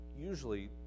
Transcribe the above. usually